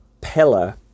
pillar